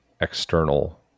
external